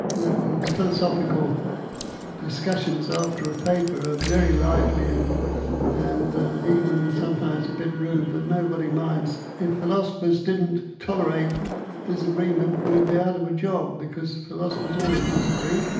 the philosophical discussions after a paper are very lively and and even sometimes a bit rude, but nobody minds. if philosophers didn't tolerate disagreement we'd be out of job, because philosophers always disagree!